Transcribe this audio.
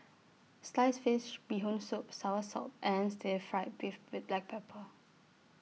Sliced Fish Bee Hoon Soup Soursop and Stir Fried Beef with Black Pepper